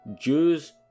Jews